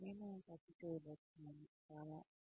నేను ఖర్చు చేయబోతున్నాను చాలా డబ్బు